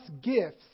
gifts